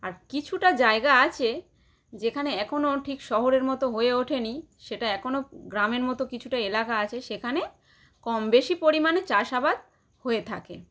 আর কিছুটা জায়গা আছে যেখানে একনও ঠিক শহরের মতো হয়ে ওঠে নি সেটা একনও গ্রামের মতো কিছু এলাকা আছে সেখানে কম বেশি পরিমাণে চাষাবাদ হয়ে থাকে